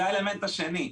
זה האלמנט השני.